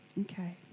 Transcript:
Okay